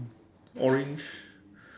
orange